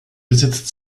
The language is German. besitzt